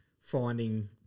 finding